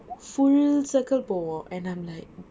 full circle போவோம்:povom and I'm like